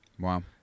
Wow